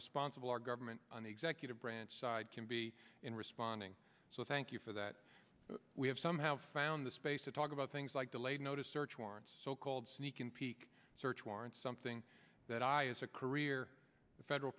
responsible our government on the executive branch side can be in responding so thank you for that we have some have found the space to talk about things like delayed notice search warrants so called sneak and peek search warrants something that i as a career federal